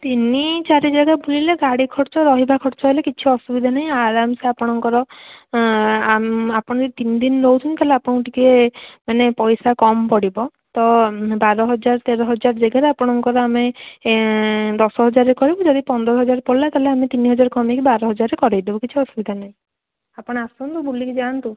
ତିନି ଚାରି ଜାଗା ବୁଲିଲେ ଗାଡ଼ି ଖର୍ଚ୍ଚ ରହିବା ଖର୍ଚ୍ଚ ହେଲେ କିଛି ଅସୁବିଧା ନାହିଁ ଆରାମ ସେ ଆପଣଙ୍କର ଆପଣ ଯଦି ତିନି ଦିନ ରହୁଛନ୍ତି ଖାଲି ଆପଣଙ୍କୁ ଟିକେ ମାନେ ପଇସା କମ ପଡ଼ିବ ତ ବାର ହଜାର ତେର ହଜାର ଜାଗାରେ ଆପଣଙ୍କର ଆମେ ଦଶ ହଜାରରେ କରିବୁ ଯଦି ପନ୍ଦର ହଜାର ପଡ଼ିଲା ତା'ହେଲେ ଆମେ ତିନି ହଜାର କମାଇକି ବାର ହଜାରରେ କରାଇ ଦେବୁ କିଛି ଅସୁବିଧା ନାହିଁ ଆପଣ ଆସନ୍ତୁ ବୁଲିକି ଯାଆନ୍ତୁ